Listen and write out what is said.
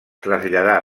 traslladà